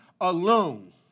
alone